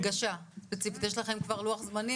יש לכם כבר לוח זמנים,